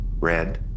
red